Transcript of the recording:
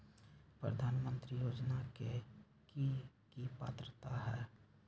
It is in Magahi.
प्रधानमंत्री योजना के की की पात्रता है?